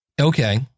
Okay